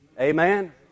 Amen